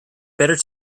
better